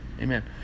Amen